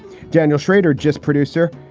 daniel schrader, just producer.